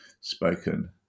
spoken